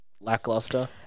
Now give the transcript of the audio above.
lackluster